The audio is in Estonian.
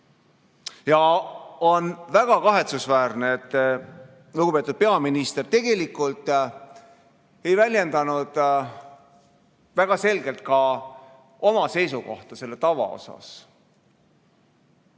Ja on väga kahetsusväärne, lugupeetud peaminister, et te tegelikult ei väljendanud väga selgelt ka oma seisukohta selle tava osas,